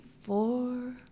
four